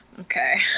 okay